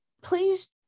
please